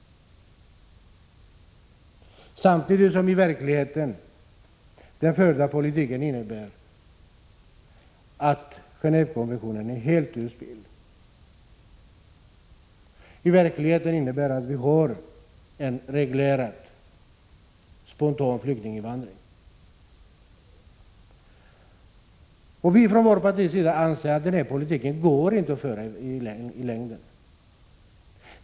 Samtidigt innebär den förda politiken att Gené&vekonventionen helt har satts ur spel och att vi i verkligheten har en reglerad spontan flyktinginvandring. Vpk anser att det i längden inte går att föra en sådan politik.